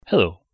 Hello